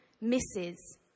misses